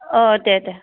औ दे दे